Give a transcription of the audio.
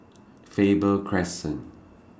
Faber Crescent